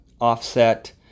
offset